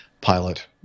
pilot